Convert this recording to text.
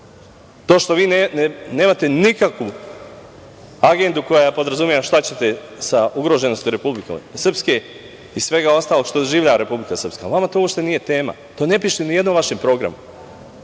To što vi nemate nikakvu agendu koja podrazumeva šta ćete sa ugroženošću Republike Srpske i svega ostalog što doživljava Republika Srpska, vama to uopšte nije tema, to ne piše ni u jednom vašem programu.S